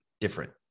different